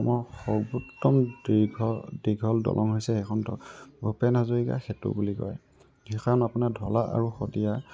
অসমৰ সৰ্বোত্তম দীৰ্ঘ দীঘল দলং হৈছে সেইখন দলং ভূপেন হাজৰিকা সেতু বুলি কয় সেইখন আপোনাৰ ঢলা আৰু সদিয়া